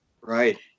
Right